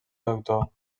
doctor